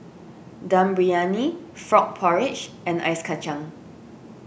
Dum Briyani Frog Porridge and Ice Kachang